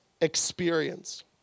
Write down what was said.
experience